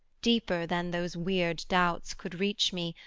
deeper than those weird doubts could reach me,